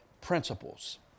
principles